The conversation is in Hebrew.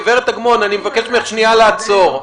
אני מבקש ממך שנייה לעצור.